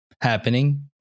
happening